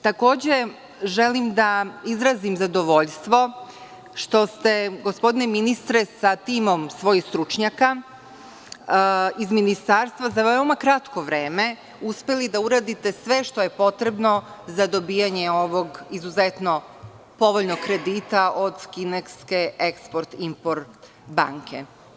Takođe, želim da izrazim zadovoljstvo što ste gospodine ministre sa timom svojih stručnjaka iz Ministarstva za veoma kratko vreme uspeli da uradite sve što je potrebno za dobijanje ovog izuzetno povoljnog kredita od kineske Eksport – Import banke.